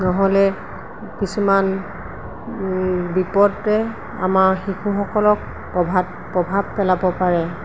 নহ'লে কিছুমান বিপদে আমাৰ শিশুসকলক প্ৰভাত প্ৰভাৱ পেলাব পাৰে